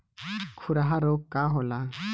खुरहा रोग का होला?